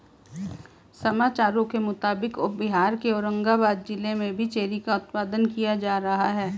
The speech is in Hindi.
समाचारों के मुताबिक बिहार के औरंगाबाद जिला में भी चेरी का उत्पादन किया जा रहा है